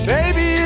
Baby